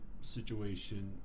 situation